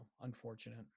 unfortunate